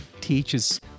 teaches